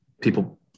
people